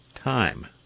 time